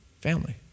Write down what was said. family